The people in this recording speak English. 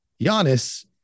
Giannis